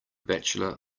bachelor